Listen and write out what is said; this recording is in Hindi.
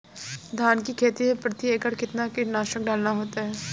धान की खेती में प्रति एकड़ कितना कीटनाशक डालना होता है?